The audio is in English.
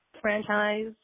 franchise